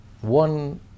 one